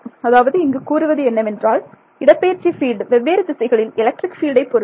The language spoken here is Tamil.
அதாவது இங்கு கூறுவது என்னவென்றால் இடப்பெயர்ச்சி பீல்டு வெவ்வேறு திசைகளில் எலக்ட்ரிக் ஃபீல்டை பொறுத்தது